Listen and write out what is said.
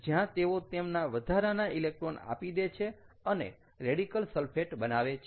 જ્યાં તેઓ તેમના વધારાના ઇલેક્ટ્રોન આપી દે છે અને રેડિકલ સલ્ફેટ બનાવે છે